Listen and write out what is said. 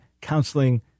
counseling